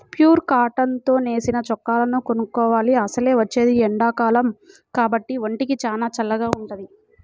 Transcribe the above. pure cotton తో నేసిన చొక్కాలను కొనుక్కోవాలి, అసలే వచ్చేది ఎండాకాలం కాబట్టి ఒంటికి చానా చల్లగా వుంటది